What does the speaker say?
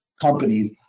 companies